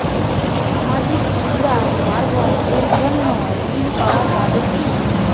সামাজিক পূজা পার্বণ এর জন্য ঋণ পাওয়া যাবে কি?